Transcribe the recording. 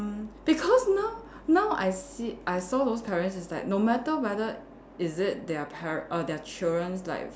because now now I see I saw those parents is like no matter whether is it their par~ err their children like